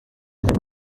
had